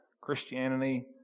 Christianity